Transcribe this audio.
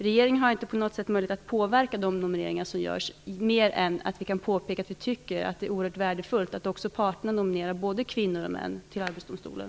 Regeringen har inte på något sätt möjlighet att påverka de nomineringar som görs, mer än att vi kan påpeka att vi tycker att det är oerhört värdefullt att också parterna nominerar både kvinnor och män till Arbetsdomstolen.